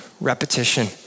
repetition